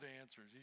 answers